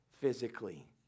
physically